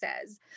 says